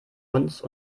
uns